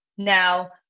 Now